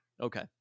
Okay